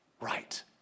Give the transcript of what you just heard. right